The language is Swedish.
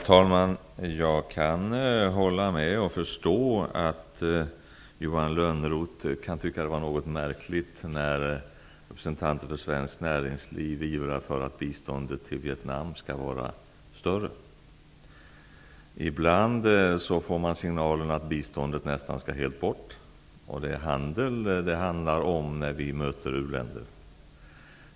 Herr talman! Jag kan förstå att Johan Lönnroth tycker att det är något märkligt när representanter för svenskt näringsliv ivrar för att biståndet till Vietnam skall bli större. Ibland får man signaler om att biståndet nästan helt skall upphöra och att det när vi möter u-länder skall vara fråga om handel.